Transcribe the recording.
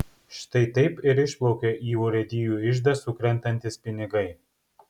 štai taip ir išplaukia į urėdijų iždą sukrentantys pinigai